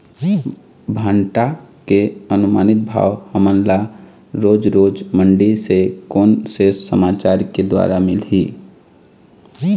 भांटा के अनुमानित भाव हमन ला रोज रोज मंडी से कोन से समाचार के द्वारा मिलही?